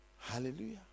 Hallelujah